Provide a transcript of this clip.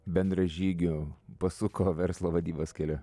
bendražygių pasuko verslo vadybos keliu